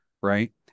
Right